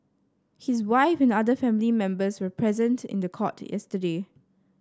his wife and other family members were present in the court yesterday